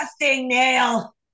nail